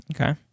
Okay